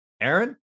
Aaron